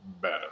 better